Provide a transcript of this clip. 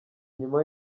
nyuma